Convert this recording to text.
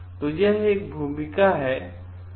तो यह एक भूमिका है